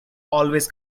always